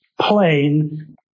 plain